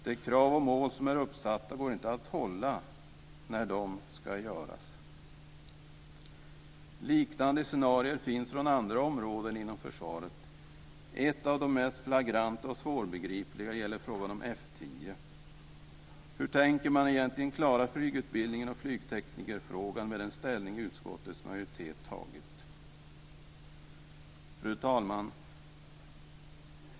De krav och mål som är uppsatta går inte att hålla när ombyggnaderna ska göras. Liknande scenarier finns från andra områden inom försvaret. Ett av de mest flagranta och svårbegripliga gäller i frågan om F 10. Hur tänker man egentligen klara flygutbildningen och flygteknikerfrågan med den ställning som utskottets majoritet har tagit? Fru talman!